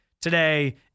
today